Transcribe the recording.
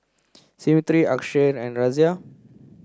Smriti Akshay and Razia